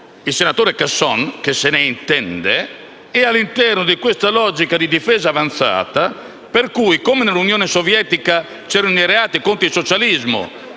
il senatore Casson, che se ne intende - si pone però all'interno di una logica di difesa avanzata. Per cui, come nell'Unione Sovietica per i reati contro il socialismo